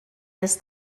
this